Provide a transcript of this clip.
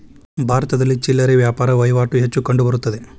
ಭಾರತದಲ್ಲಿ ಚಿಲ್ಲರೆ ವ್ಯಾಪಾರ ವಹಿವಾಟು ಹೆಚ್ಚು ಕಂಡುಬರುತ್ತದೆ